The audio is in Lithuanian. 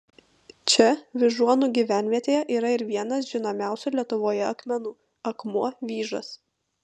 čia vyžuonų gyvenvietėje yra ir vienas žinomiausių lietuvoje akmenų akmuo vyžas